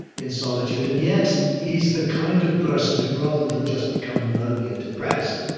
in solitude, and yet, he's the kind of person who, rather than just becoming lonely and depressed,